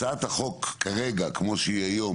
הצעת החוק כרגע כמו שהיא היום,